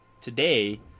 today